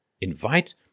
Invite